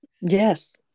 Yes